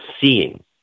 seeing